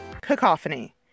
cacophony